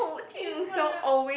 it's gonna